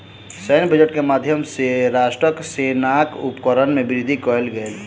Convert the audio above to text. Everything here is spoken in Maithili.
सैन्य बजट के माध्यम सॅ राष्ट्रक सेनाक उपकरण में वृद्धि कयल गेल